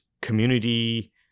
community